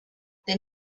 then